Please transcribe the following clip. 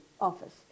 office